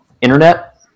internet